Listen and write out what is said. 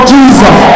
Jesus